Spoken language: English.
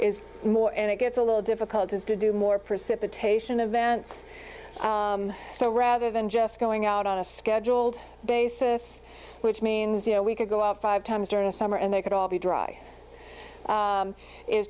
is more and it gets a little difficult to do more precipitation events so rather than just going out on a scheduled basis which means you know we could go out five times during the summer and they could all be dry